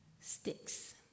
sticks